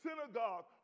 synagogue